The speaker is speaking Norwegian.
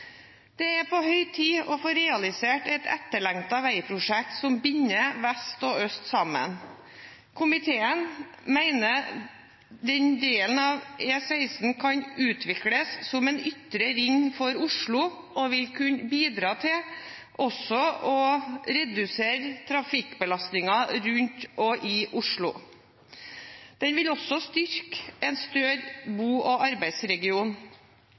Det er på høy tid å få realisert et etterlengtet veiprosjekt som binder vest og øst sammen. Komiteen mener at denne delen av E16 kan utvikles som en ytre ring for Oslo og vil kunne bidra til også å redusere trafikkbelastningen rundt og i Oslo. Den vil også styrke en større bo- og arbeidsregion.